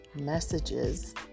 messages